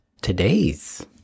today's